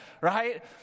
right